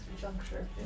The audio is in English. juncture